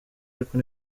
ariko